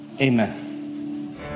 Amen